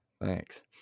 Thanks